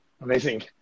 Amazing